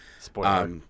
Spoiler